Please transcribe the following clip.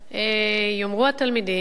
יאמרו התלמידים,